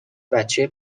بچه